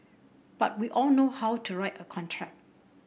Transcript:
but we all know how to write a contract